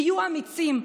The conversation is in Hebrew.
היו אמיצים.